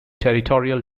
territorial